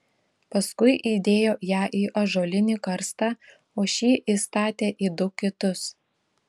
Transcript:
paskui įdėjo ją į ąžuolinį karstą o šį įstatė į du kitus